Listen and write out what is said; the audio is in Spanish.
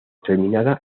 terminada